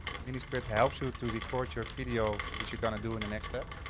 a mini script helps you to record your video which you're gonna do in the next step.